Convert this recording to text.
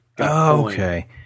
Okay